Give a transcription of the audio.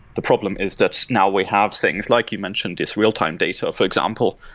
the problem is that now we have things, like you mentioned, is real-time data, for example,